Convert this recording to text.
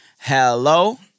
Hello